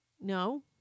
No